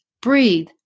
breathe